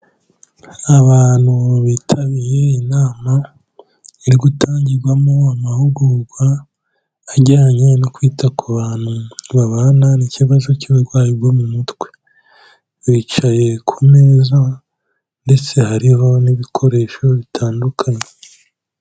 Abantu bitabiye inama, iri gutangirwamo amahugurwa, ajyanye no kwita ku bantu babana n'ikibazo cy'uburwayi bwo mu mutwe, bicaye ku meza ndetse hariho n'ibikoresho bitandukanye.